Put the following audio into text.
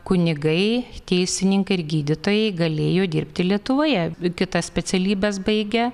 kunigai teisininkai ir gydytojai galėjo dirbti lietuvoje kitas specialybes baigę